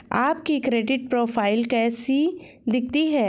आपकी credit profile कैसी दिखती है?